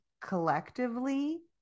collectively